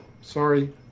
Sorry